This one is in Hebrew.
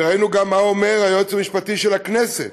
וראינו גם מה אומר היועץ המשפטי של הכנסת.